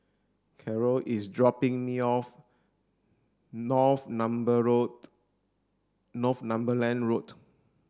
Karol is dropping me off Road Northumberland Road